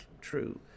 true